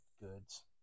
goods